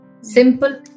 simple